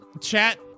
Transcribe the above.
chat